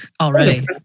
already